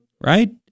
right